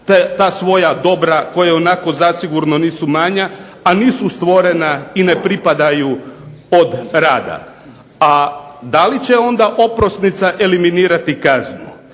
ta svoja dobra koja onako zasigurno nisu manja, a nisu stvorena i ne pripadaju od rada. A da li će onda oprosnica eliminirati kaznu